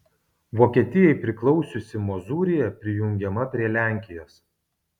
vokietijai priklausiusi mozūrija prijungiama prie lenkijos